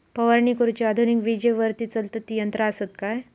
फवारणी करुची आधुनिक विजेवरती चलतत ती यंत्रा आसत काय?